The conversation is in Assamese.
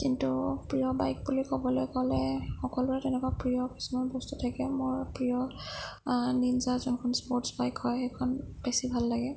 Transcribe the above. কিন্তু প্ৰিয় বাইক বুলি ক'বলৈ গ'লে সকলোৰে তেনেকুৱা প্ৰিয় কিছুমান বস্তু থাকে মোৰ প্ৰিয় নিঞ্জা যোনখন স্পৰ্ট্ছ বাইক হয় সেইখন বেছি ভাল লাগে